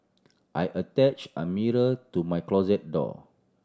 I attach a mirror to my closet door